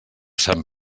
sant